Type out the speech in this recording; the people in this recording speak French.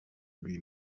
lui